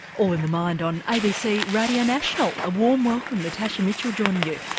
all in the mind on abc radio national. a warm welcome, natasha mitchell joining you.